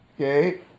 okay